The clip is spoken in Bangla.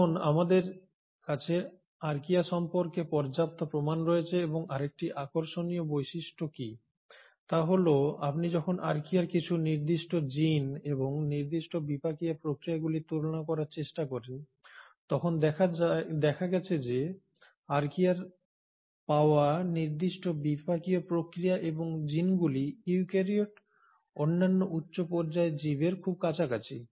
এখন আমাদের কাছে আর্কিয়া সম্পর্কে পর্যাপ্ত প্রমাণ রয়েছে এবং আরেকটি আকর্ষণীয় বৈশিষ্ট্য কী তা হল আপনি যখন আর্কিয়ার কিছু নির্দিষ্ট জিন এবং নির্দিষ্ট বিপাকীয় প্রক্রিয়াগুলি তুলনা করার চেষ্টা করেন তখন দেখা গেছে যে আর্কিয়ায় পাওয়া নির্দিষ্ট বিপাকীয় প্রক্রিয়া এবং জিনগুলি ইউক্যারিওট অন্যান্য উচ্চ পর্যায়ের জীবের খুব কাছাকাছি